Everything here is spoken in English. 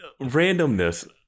Randomness